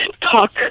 talk